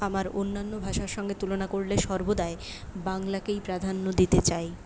আমার অন্যান্য ভাষার সঙ্গে তুলনা করলে সর্বদাই বাংলাকেই প্রাধান্য দিতে চাই